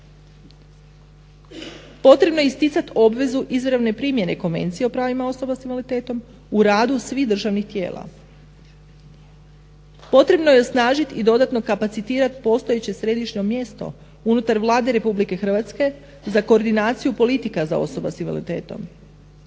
Potrebno je isticati obvezu izravne primjene Konvencije o pravima osoba s invaliditetom u radu svih državnih tijela. Potrebno je osnažiti i dodatno kapacitirati postojeće središnje mjesto unutar Vlade RH za koordinaciju politika za osoba s invaliditetom.